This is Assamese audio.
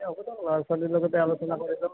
এ হ'ব দিয়ক ল'ৰা চ'লিৰ লগতে আলোচনা কৰিব